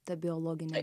ta biologinė